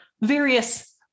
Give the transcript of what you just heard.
various